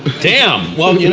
but damn! well, you